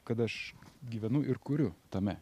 kad aš gyvenu ir kuriu tame